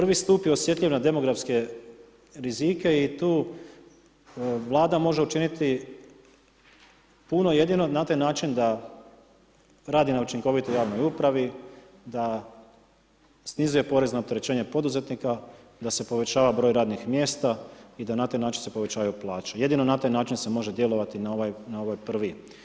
Prvi stup je osjetljiv na demografske rizike i tu Vlada može učiniti puno jedino na taj način da radi na učinkovitoj javnoj upravi, da snizuje porezna opterećenja poduzetnika, da e povećava broj radnih mjesta i da na taj način se povećavaju plaće. jedino na taj način se može djelovati na ovaj prvi.